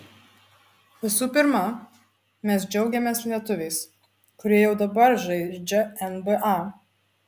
visų pirma mes džiaugiamės lietuviais kurie jau dabar žaidžia nba